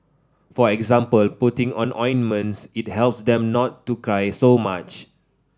for example putting on ointments it helps them not to cry so much